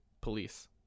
police